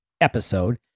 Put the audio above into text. episode